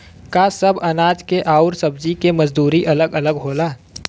का सबे अनाज के अउर सब्ज़ी के मजदूरी अलग अलग होला?